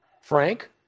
Frank